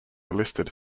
listed